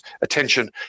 attention